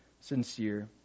sincere